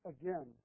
again